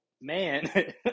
Man